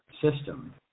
system